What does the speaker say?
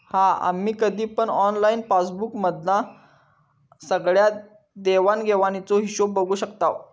हा आम्ही कधी पण ऑनलाईन पासबुक मधना सगळ्या देवाण घेवाणीचो हिशोब बघू शकताव